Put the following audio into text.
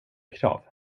krav